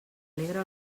alegra